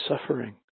suffering